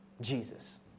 Jesus